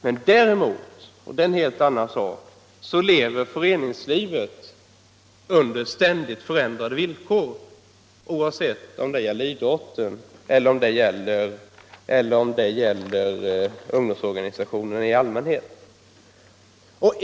Men däremot — och det är en helt annan sak — förändras villkoren för föreningslivet ständigt, både när det gäller idrotten och när det gäller ungdomsorganisationerna i allmänhet.